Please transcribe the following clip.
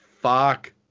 fuck